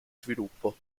sviluppo